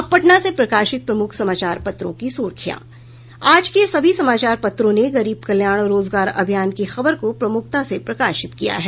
अब पटना से प्रकाशित प्रमुख समाचार पत्रों की सुर्खियां आज के सभी समाचार पत्रों ने गरीब कल्याण रोजगार अभियान की खबर को प्रमुखता से प्रकाशित किया है